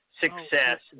success